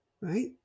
right